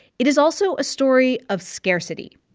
it is also a story of scarcity,